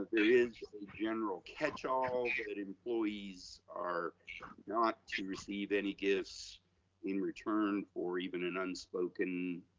is a general catch all that employees are not to receive any gifts in return or even an unspoken